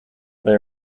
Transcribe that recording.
they